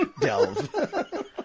Delve